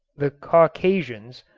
the caucasians,